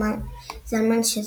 זלמן שזר.